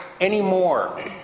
anymore